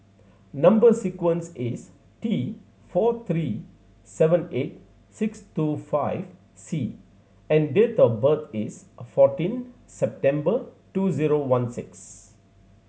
number sequence is T four three seven eight six two five C and date of birth is fourteen September two zero one six